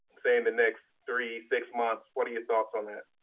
say in the next three, six months. what are your thoughts on it?